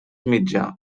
mitjà